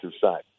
side